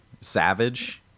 Savage